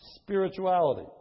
spirituality